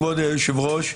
כבוד היושב-ראש,